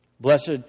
Blessed